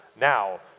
now